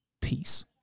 Peace